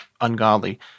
ungodly